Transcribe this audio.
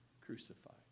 crucified